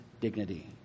dignity